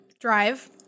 drive